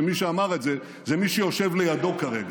שמי שאמר את זה הוא מי שיושב לידו כרגע.